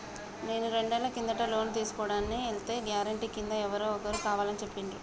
నేను రెండేళ్ల కిందట లోను తీసుకోడానికి ఎల్తే గారెంటీ కింద ఎవరో ఒకరు కావాలని చెప్పిండ్రు